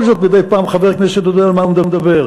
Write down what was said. זאת מדי פעם חבר כנסת יודע על מה הוא מדבר,